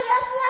קריאה שנייה,